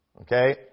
okay